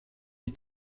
die